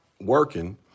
working